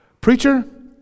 preacher